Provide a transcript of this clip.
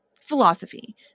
philosophy